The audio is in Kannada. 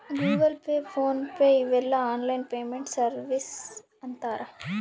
ಗೂಗಲ್ ಪೇ ಫೋನ್ ಪೇ ಇವೆಲ್ಲ ಆನ್ಲೈನ್ ಪೇಮೆಂಟ್ ಸರ್ವೀಸಸ್ ಅಂತರ್